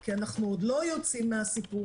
כי אנחנו עוד לא יוצאים מהסיפור,